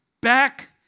back